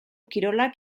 kirolak